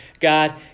God